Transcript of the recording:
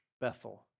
Bethel